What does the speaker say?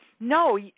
No